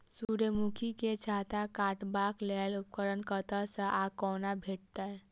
सूर्यमुखी केँ छत्ता काटबाक लेल उपकरण कतह सऽ आ कोना भेटत?